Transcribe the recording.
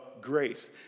grace